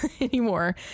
anymore